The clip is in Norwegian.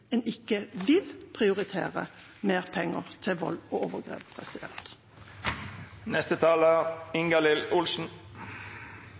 en ikke vil prioritere mer penger mot vold og overgrep.